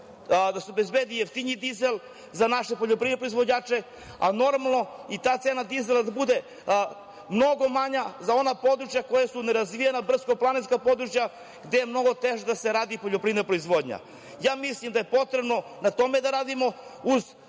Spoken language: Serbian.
da se obezbedi jeftiniji dizel za naše poljoprivredne proizvođače, a normalno i ta cena dizela da bude mnogo manja za ona područja koja su nerazvijena, brdsko-planinska područja gde je mnogo teže da se radi poljoprivredna proizvodnja. Ja mislim da je potrebno na tome da radimo, uz